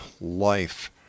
life